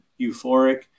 euphoric